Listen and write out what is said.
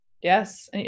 Yes